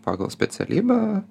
pagal specialybę